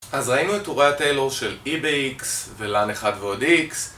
אז ראינו את טורי הטיילור של E ב-X ו-LAN 1 ועוד X